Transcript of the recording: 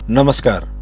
Namaskar